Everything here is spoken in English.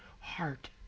heart